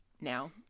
now